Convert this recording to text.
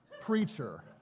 preacher